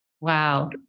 Wow